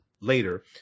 later